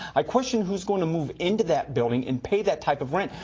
i question who is going to move into that building and pay that type of rent.